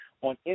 on